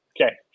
okay